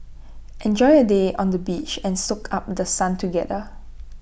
enjoy A day on the beach and soak up The Sun together